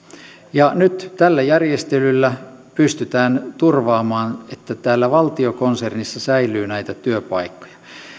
nyt tällä järjestelyllä pystytään turvaamaan että täällä valtiokonsernissa säilyy näitä työpaikkoja